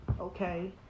okay